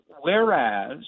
Whereas